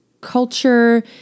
culture